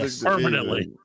Permanently